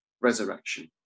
resurrection